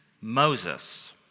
Moses